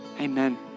amen